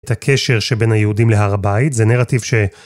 את הקשר שבין היהודים להר הבית, זה נרטיב ש...